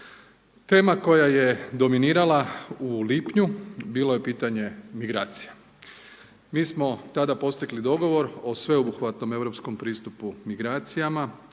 Tema koja je dominirala u lipnju bilo je pitanje migracija. Mi smo tada postigli dogovor o sveobuhvatnom europskom pristupu migracijama